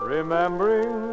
Remembering